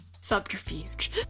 Subterfuge